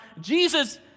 Jesus